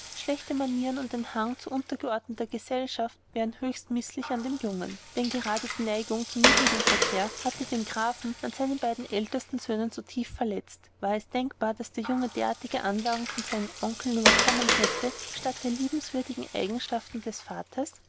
schlechte manieren und hang zu untergeordneter gesellschaft wären höchst mißlich an dem jungen denn gerade die neigung zu niedrigem verkehr hatte den grafen an seinen beiden ältesten söhnen so tief verletzt war es denkbar daß der junge derartige anlagen von seinen onkeln überkommen hätte statt der liebenswürdigen eigenschaften des vaters